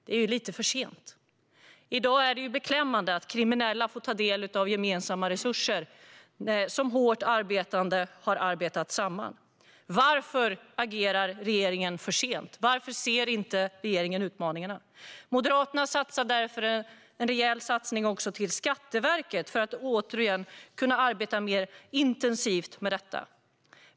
Det är ju lite för sent. Det är beklämmande att kriminella i dag får ta del av gemensamma resurser som hårt arbetande har arbetat samman. Varför agerar regeringen för sent? Varför ser inte regeringen utmaningarna? Moderaterna gör därför en rejäl satsning också på Skatteverket för att man återigen ska kunna arbeta mer intensivt med detta.